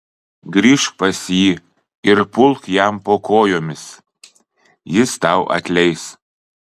grįžk pas jį ir pulk jam po kojomis jis tau atleis